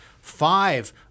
Five